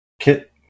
Kit